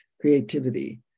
creativity